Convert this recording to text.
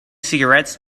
cigarettes